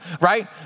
right